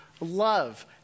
love